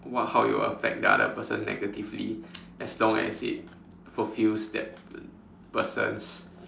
what how it will affect the other person negatively as long as it fulfills that person's